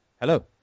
Hello